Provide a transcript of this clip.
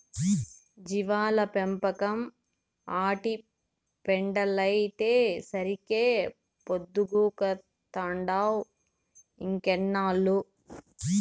జీవాల పెంపకం, ఆటి పెండలైతేసరికే పొద్దుగూకతంటావ్ ఇంకెన్నేళ్ళు